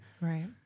right